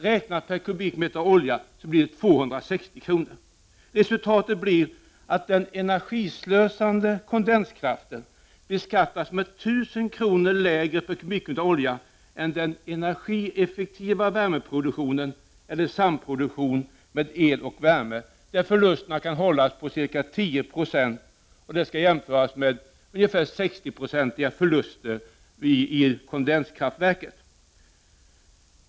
Räknat per kubikmeter olja blir kostnaden 260 kr. Resultatet blir att den energislösande kondenskraften beskattas ca 1 000 kr. lägre per kubikmeter olja än den energieffektiva värmeproduktionen eller samproduktion el och värme, där förlusterna kan begränsans ca 10 96, vilket är att jämföra med ungefär 60 90 förlust vid elkondenskraftverk.